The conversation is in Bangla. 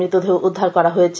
মৃতদেহ উদ্ধার করা হয়েছে